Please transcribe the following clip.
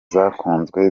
zakunzwe